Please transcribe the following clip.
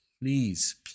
please